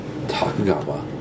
Takagawa